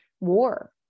war